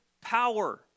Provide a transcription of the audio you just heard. power